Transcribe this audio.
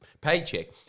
paycheck